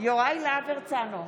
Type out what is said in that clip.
יוראי להב הרצנו,